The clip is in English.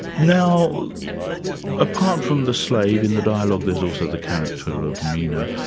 now apart from the slave in the dialogue there's also the character of meno.